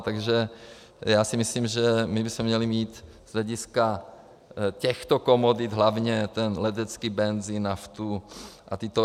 Takže já si myslím, že bychom měli mít z hlediska těchto komodit hlavně letecký benzin, naftu a tyto.